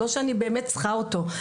אני לא באמת צריכה אותו,